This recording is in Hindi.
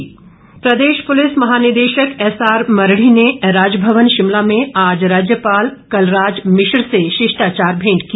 मेंट प्रदेश पुलिस महानिदेशक एसआर मरडी ने राजभवन शिमला में आज राज्यपाल कलराज मिश्र से शिष्टाचार मेंट की